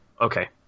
Okay